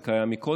זה קיים מקודם.